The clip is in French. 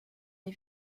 les